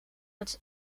het